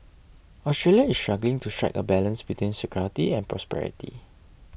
Australia is struggling to strike a balance between security and prosperity